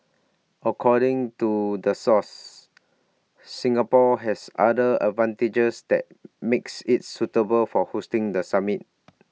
according to the source Singapore has other advantages that makes IT suitable for hosting the summit